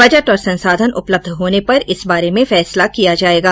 budget और संसाधन उपलब्ध होने पर इस बारे में फैसला किया जायेगा